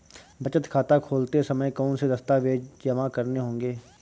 बचत खाता खोलते समय कौनसे दस्तावेज़ जमा करने होंगे?